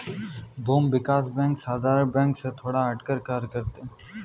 भूमि विकास बैंक साधारण बैंक से थोड़ा हटकर कार्य करते है